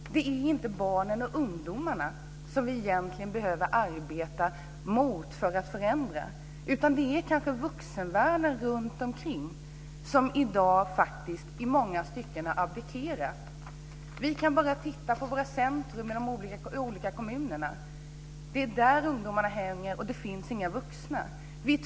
Det är inte barnen och ungdomarna som vi behöver arbeta mot för att åstadkomma en förändring, utan det är vuxenvärlden som i dag i många stycken har abdikerat. Vi kan bara se på centrumen i de olika kommunerna. Det är där som ungdomarna hänger, men det finns inga vuxna där.